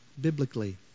biblically